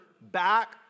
back